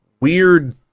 weird